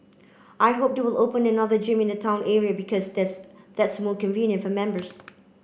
I hope they'll open another gym in the town area because that's that's more convenient for members